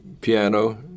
piano